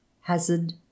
hazard